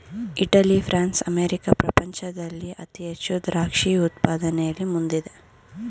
Italy, France, America ಪ್ರಪಂಚದಲ್ಲಿ ಅತಿ ಹೆಚ್ಚು ದ್ರಾಕ್ಷಿ ಉತ್ಪಾದನೆಯಲ್ಲಿ ಮುಂದಿದೆ